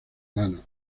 mano